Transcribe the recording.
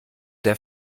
der